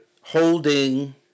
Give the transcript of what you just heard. holding